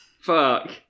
Fuck